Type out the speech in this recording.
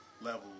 level